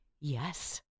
Yes